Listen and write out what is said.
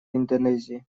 индонезии